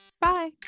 Bye